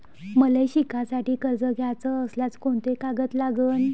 मले शिकासाठी कर्ज घ्याचं असल्यास कोंते कागद लागन?